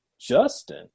Justin